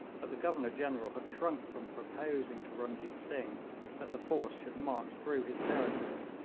but the governor-general had shrunk from proposing to runjeet singh that the force should march through his territories,